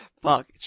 Fuck